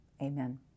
amen